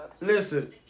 Listen